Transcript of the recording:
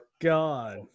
God